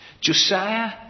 Josiah